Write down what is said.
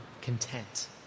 content